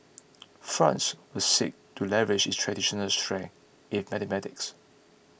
France will seek to leverage its traditional strength in mathematics